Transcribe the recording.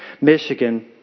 Michigan